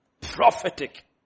Prophetic